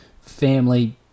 family